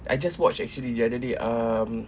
I just watch actually the other day um